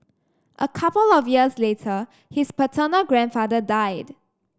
a couple of years later his paternal grandfather died